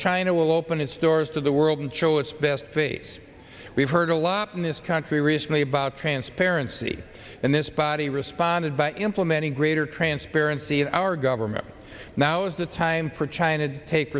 china will open its doors to the world and show its best face we've heard a lot in this country recently about transparency and this body responded by implementing greater transparency in our government now is the time for china to take